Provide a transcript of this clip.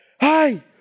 hi